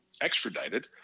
extradited